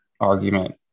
argument